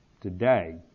today